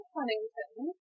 Huntington